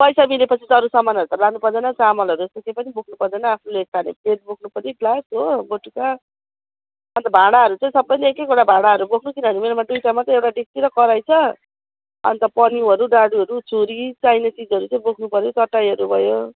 पैसा मिले पछि त अरू सामानहरू त लानु पर्दैन चामलहरू केही पनि बोक्नु पर्दैन आफूले खाने प्लेट बोक्नु पर्यो ग्लास हो बटुका अन्त भाँडाहरू चाहिँ सबले एक एकवटा भाँडाहरू बोक्नु पर्यो किनभने मेरोमा दुइवटा मात्र एउटा डेक्ची र कराही छ अन्त पन्युहरू डाडुहरू छुरी चाहिने चिजहरू चाहिँ बोक्नु पर्यो चटाईहरू भयो